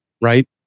right